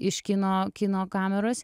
iš kino kino kameros